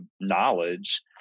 knowledge